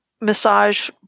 massage